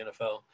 NFL